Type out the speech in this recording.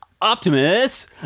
Optimus